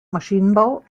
maschinenbau